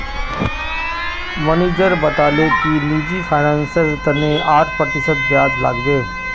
manager बताले कि निजी फिनांसेर तने आठ प्रतिशत ब्याज लागबे